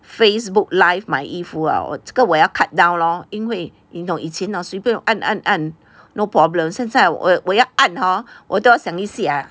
Facebook live 买衣服 ah 我这个我要 cut down lor 因为你懂以前 hor 随便按按按 no problem 现在我我要按 hor 我都要想一下